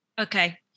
okay